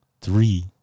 three